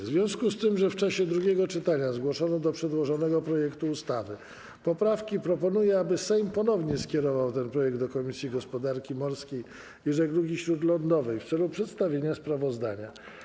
W związku z tym, że w czasie drugiego czytania zgłoszono do przedłożonego projektu ustawy poprawki, proponuję, aby Sejm ponownie skierował ten projekt do Komisji Gospodarki Morskiej i Żeglugi Śródlądowej w celu przedstawienia sprawozdania.